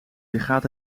gaat